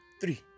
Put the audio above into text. three